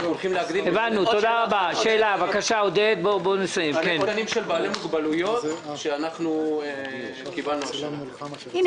אנחנו הולכים להגדיל שני תקנים של בעלי מוגבלויות שקיבלנו השנה.